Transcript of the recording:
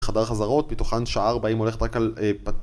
חדר חזרות, מתוכן שעה ארבעים הולך רק על